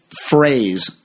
phrase